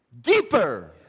deeper